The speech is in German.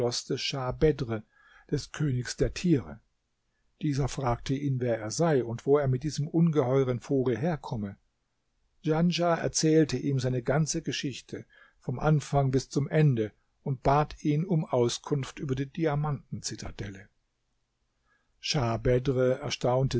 des königs der tiere dieser fragte ihn wer er sei und wo er mit diesem ungeheuren vogel herkomme djanschah erzählte ihm seine ganze geschichte vom anfang bis zum ende und bat ihn um auskunft über die diamanten zitadelle schah bedr erstaunte